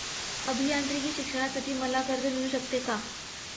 अभियांत्रिकी शिक्षणासाठी मला कर्ज मिळू शकते का?